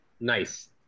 nice